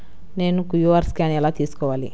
నేను QR scan ఎలా తీసుకోవాలి?